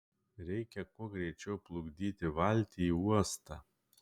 reikia kuo greičiau plukdyti valtį į uostą